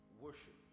worship